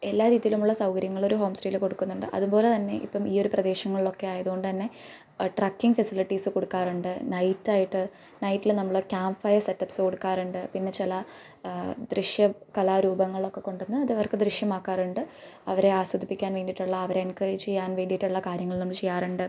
എല്ലാ രീതിയിലുമുള്ള സൗകര്യങ്ങൾ ഒരു ഹോം സ്റ്റെയിൽ കൊടുക്കുന്നുണ്ട് അതു പോലെ തന്നെ ഇപ്പം ഈ ഒരു പ്രദേശങ്ങളിലൊക്കെ ആയതു കൊണ്ടു തന്നെ ട്രക്കിങ് ഫെസിലിറ്റീസ് കൊടുക്കാറുണ്ട് നൈറ്റായിട്ട് നൈറ്റിൽ നമ്മൾ ക്യാമ്പ് ഫയർ സെറ്റ് അപ്പ്സ് കൊടുക്കാറുണ്ട് പിന്നെ ചില ദൃശ്യ കലാരൂപങ്ങളൊക്കെ കൊണ്ടന്ന് അതവർക്ക് ദൃശ്യമാക്കാറുണ്ട് അവരെ ആസ്വദിപ്പിക്കാൻ വേണ്ടിയിട്ടുള്ള അവരെ എൻകറേജ് ചെയ്യാൻ വേണ്ടിയിട്ടുള്ള കാര്യങ്ങൾ നമ്മൾ ചെയ്യാറുണ്ട്